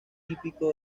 típico